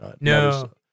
No